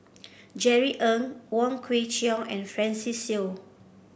Jerry Ng Wong Kwei Cheong and Francis Seow